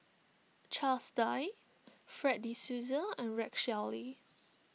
Charles Dyce Fred De Souza and Rex Shelley